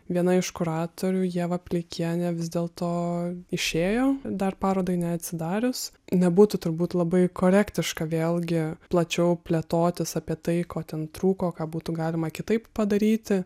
viena iš kuratorių ieva pleikienė vis dėlto išėjo dar parodai neatsidarius nebūtų turbūt labai korektiška vėlgi plačiau plėtotis apie tai ko ten trūko ką būtų galima kitaip padaryti